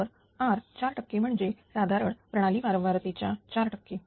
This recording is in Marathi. तर R 4 टक्के म्हणजे साधारण प्रणाली वारंवार तिच्या 4 टक्के